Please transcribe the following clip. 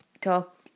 talk